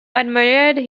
admired